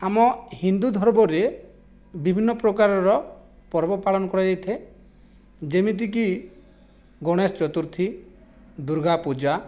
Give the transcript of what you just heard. ଆମ ହିନ୍ଦୁ ଧର୍ମରେ ବିଭିନ୍ନ ପ୍ରକାରର ପର୍ବ ପାଳନ କରାଯାଇଥାଏ ଯେମିତିକି ଗଣେଶ ଚତୁର୍ଥୀ ଦୁର୍ଗା ପୂଜା